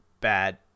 bad